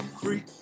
Free